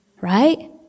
right